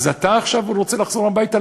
אז אתה עכשיו רוצה לחזור הביתה?